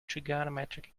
trigonometric